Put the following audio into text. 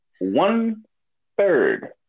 one-third